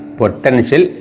potential